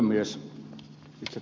herra puhemies